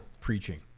preaching